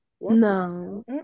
No